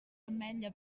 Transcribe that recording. ametlla